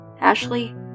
Ashley